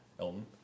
Elton